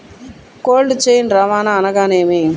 Cold chain రవాణా అనగా నేమి?